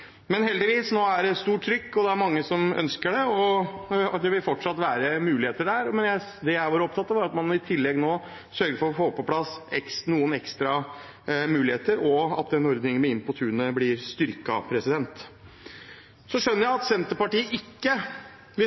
det vil fortsatt være muligheter der. Men det jeg var opptatt av, var at man i tillegg må sørge for å få på plass noen ekstra muligheter, og at Inn på tunet-ordningen blir styrket. Så skjønner jeg at Senterpartiet ikke vil